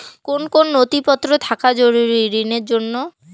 কোন কোন নথিপত্র থাকা জরুরি ঋণের জন্য?